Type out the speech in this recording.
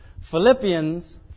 Philippians